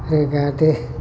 रोगादो